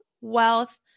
wealth